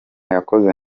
yakoze